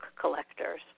collectors